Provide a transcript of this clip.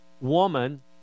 woman